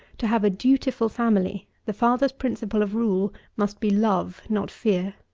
to have a dutiful family, the father's principle of rule must be love not fear.